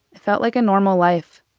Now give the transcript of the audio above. it felt like a normal life.